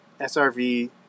SRV